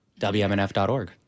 WMNF.org